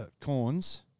Corns